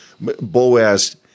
Boaz